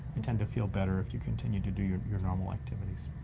you tend to feel better if you continue to do your your normal activities.